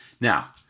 Now